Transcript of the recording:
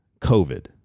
COVID